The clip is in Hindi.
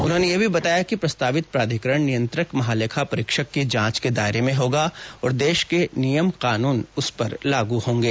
उन्होंने यह भी बताया कि प्रस्तावित प्राधिकरण नियंत्रक महालेखा परीक्षक की जांच के दायरे में होगा और देश के नियम कानून उस पर लागू होंगे